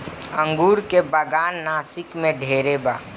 अंगूर के बागान नासिक में ढेरे बा